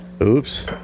Oops